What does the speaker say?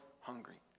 hungry